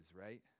right